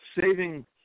saving